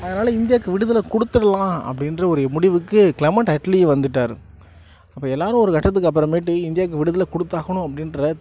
அதனால இந்தியாக்கு விடுதலை கொடுத்துடலாம் அப்படின்ற ஒரு முடிவுக்கு கிளமண்ட் அட்லி வந்துட்டார் அப்போ எல்லோரும் ஒரு கட்டத்துக்கு அப்புறமாட்டி இந்தியாவுக்கு விடுதலை கொடுத்தாகணும் அப்படின்ற